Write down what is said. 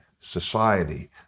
society